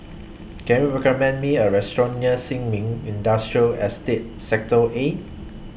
Can YOU recommend Me A Restaurant near Sin Ming Industrial Estate Sector A